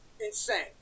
insane